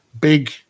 Big